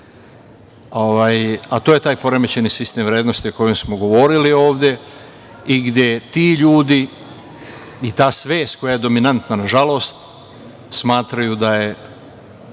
je taj poremećeni sistem vrednosti o kome smo govorili ovde i gde ti ljudi i ta svest koja je dominantna, nažalost, smatraju da je